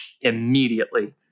immediately